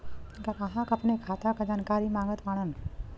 ग्राहक अपने खाते का जानकारी मागत बाणन?